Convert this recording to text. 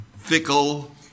fickle